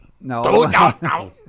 No